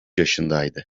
yaşındaydı